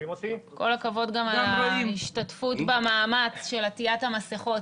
כל הכבוד גם על ההשתתפות במאמץ של עטיית המסכות.